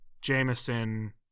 Jameson